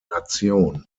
nation